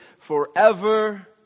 forever